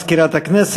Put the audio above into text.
איילת שקד,